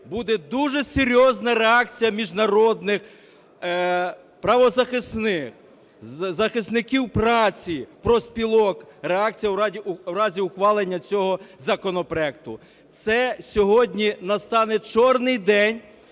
буде дуже серйозна реакція міжнародних правозахисних, захисників праці, профспілок реакція у разі ухвалення цього законопроекту. Це сьогодні настане чорний день